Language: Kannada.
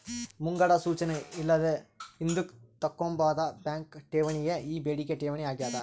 ಮುಂಗಡ ಸೂಚನೆ ಇಲ್ಲದೆ ಹಿಂದುಕ್ ತಕ್ಕಂಬೋದಾದ ಬ್ಯಾಂಕ್ ಠೇವಣಿಯೇ ಈ ಬೇಡಿಕೆ ಠೇವಣಿ ಆಗ್ಯಾದ